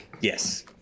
Yes